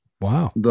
Wow